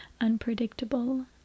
unpredictable